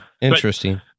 interesting